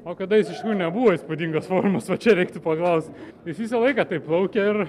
o kada jis iš tikrųjų nebuvo įspūdingos formos va čia reiktų paklaust jis visą laiką taip plaukia ir